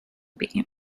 beam